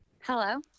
hello